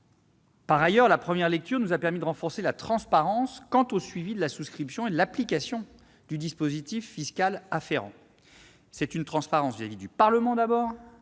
Par ailleurs, l'examen en première lecture nous a permis de renforcer la transparence quant au suivi de la souscription et de l'application du dispositif fiscal afférent. C'est une transparence à l'égard du Parlement, tout d'abord.